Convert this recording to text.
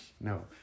No